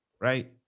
right